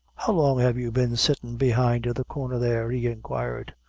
how long have you been sittin' behind the corner there? he inquired.